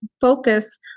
focus